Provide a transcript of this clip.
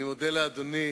אני מודה לאדוני.